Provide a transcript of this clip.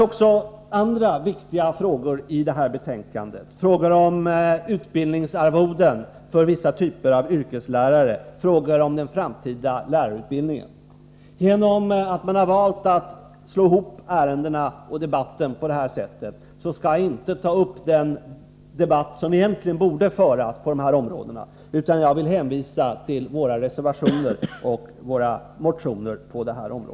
Också andra viktiga frågor behandlas i detta betänkande, frågor om utbildningsarvoden för vissa typer av yrkeslärare och frågor om den framtida lärarutbildningen. På grund av att man valt att slå ihop debatten i de båda ärendena på detta sätt skall jag inte ta upp den diskussion som egentligen borde föras på dessa områden, utan jag vill hänvisa till våra reservationer och våra motioner.